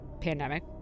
pandemic